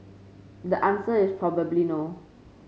the answer is probably no